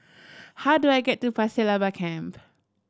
how do I get to Pasir Laba Camp